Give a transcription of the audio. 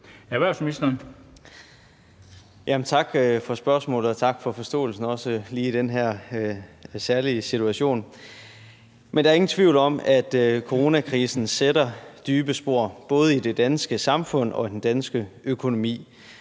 Kollerup): Tak for spørgsmålet, og også tak for forståelsen lige i den her særlige situation. Der er ingen tvivl om, at coronakrisen sætter dybe spor både i det danske samfund og i den danske økonomi.